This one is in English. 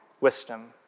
wisdom